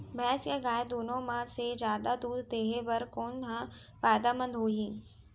भैंस या गाय दुनो म से जादा दूध देहे बर कोन ह फायदामंद होही?